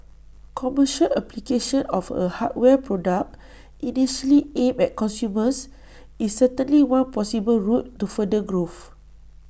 commercial application of A hardware product initially aimed at consumers is certainly one possible route to further growth